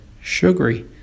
sugary